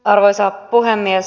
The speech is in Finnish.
arvoisa puhemies